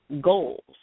goals